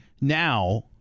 Now